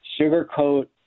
sugarcoat